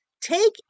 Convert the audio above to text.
take